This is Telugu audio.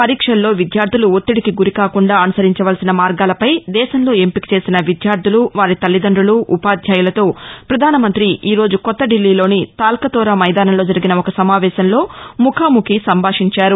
పరీక్షల్లో విద్యార్థులు ఒత్తిడికి గురికాకుండా అనుసరించవలసిన మార్గాలపై దేశంలో ఎంపికచేసిన విద్యార్థులు వారి తల్లితండులు ఉపాధ్యాయులతో ప్రధానమంతి ఈ రోజు కొత్తదిల్లీలోని తాల్కతోర మైదానంలో జరిగిన ఒక సమావేశంలో ముఖాముఖి సంభాషించారు